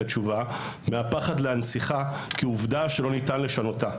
התשובה מהפחד להנציחה כעובדה שאי אפשר לשנותה.